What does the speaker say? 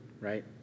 right